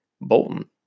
Bolton